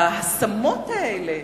ההשמות האלה,